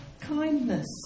kindness